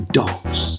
dogs